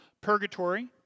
purgatory